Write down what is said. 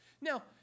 Now